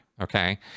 Okay